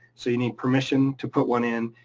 so you need permission to put one in.